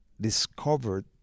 discovered